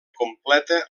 completa